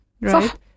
Right